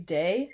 day